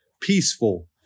peaceful